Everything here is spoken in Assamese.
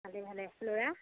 ভালেই ভালেই ল'ৰা